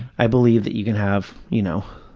i believe that you can have, you know,